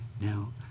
Now